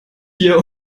hier